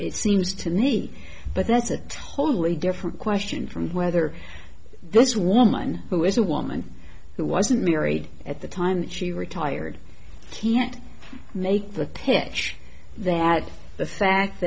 it seems to me but that's a totally different question from whether this woman who is a woman who wasn't married at the time that she retired can't make the pitch that the fact